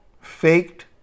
faked